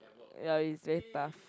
ya you say tough